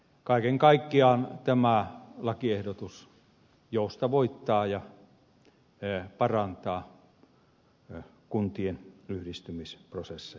kaiken kaikkiaan tämä lakiehdotus joustavoittaa ja parantaa kuntien yhdistymisprosesseja